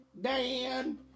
Dan